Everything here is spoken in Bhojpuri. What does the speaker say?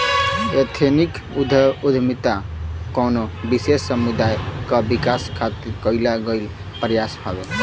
एथनिक उद्दमिता कउनो विशेष समुदाय क विकास क खातिर कइल गइल प्रयास हउवे